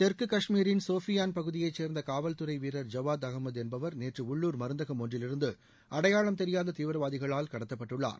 தெற்கு காஷ்மீரின் சோப்பியான் பகுதியைச் சேர்ந்த காவல்துறை வீரர் ஐவாத் அகமது என்பவர் நேற்று உள்ளூர் மருந்தகம் ஒன்றிலிருந்து அடையாள தெரியாத தீவிரவாதிகளால் கடத்தப்பட்டுள்ளார்